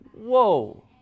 whoa